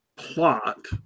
plot